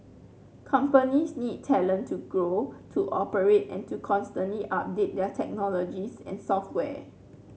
companies need talent to grow to operate and to constantly update their technologies and software